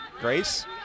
Grace